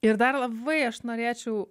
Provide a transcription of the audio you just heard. ir dar labai aš norėčiau